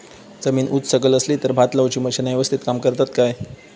जमीन उच सकल असली तर भात लाऊची मशीना यवस्तीत काम करतत काय?